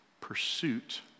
pursuit